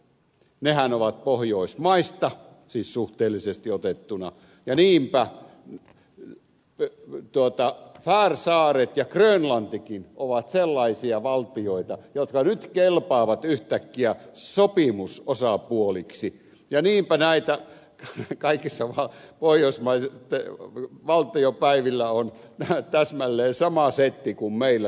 nehän ovat pohjoismaissa siis suhteellisesti otettuna ja niinpä färsaaret ja grönlantikin ovat sellaisia valtioita jotka nyt kelpaavat yhtäkkiä sopimusosapuoliksi ja niinpä näitä kaikilla pohjoismaitten valtiopäivillä on täsmälleen sama setti kuin meillä täällä